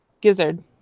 Gizzard